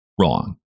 wrong